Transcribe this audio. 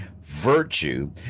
Virtue